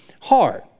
hard